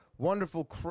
Wonderful